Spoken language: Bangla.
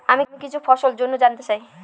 আমি কিছু ফসল জন্য জানতে চাই